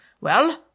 Well